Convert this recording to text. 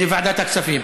לוועדת הכספים.